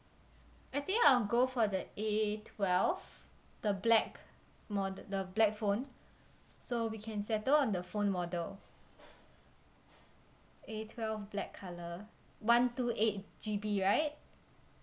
I think I'll go for the A twelve the black mo~ the the black phone so we can settle on the phone model A twelve black colour one two eight G_B right